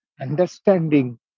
understanding